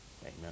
amen